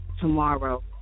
tomorrow